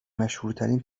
مشهورترین